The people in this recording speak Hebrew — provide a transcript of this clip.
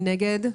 מי נגד?